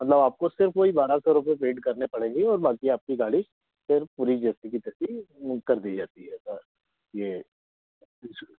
मतलब आपको सिर्फ़ वही बारह सौ रूपये पेड करने पड़ेंगे और बाक़ी आपकी गाड़ी फिर पूरी जैसी की तैसी कर दी जाती है बस यह